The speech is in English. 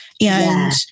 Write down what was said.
And-